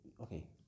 okay